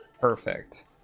perfect